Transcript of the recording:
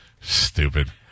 Stupid